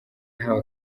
yahawe